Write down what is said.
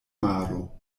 maro